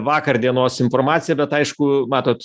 vakar dienos informacija bet aišku matot